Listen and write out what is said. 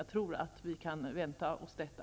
Jag tror att vi kan vänta oss detta.